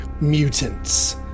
mutants